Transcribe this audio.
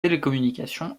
télécommunications